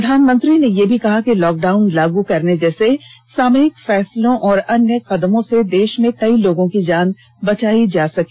प्रधानमंत्री ने यह भी कहा कि लॉकडाउन लागू करने जैसे सामयिक फैसलों और अन्य कदमों से देश में कई लोगों की जान बचाई जा सकी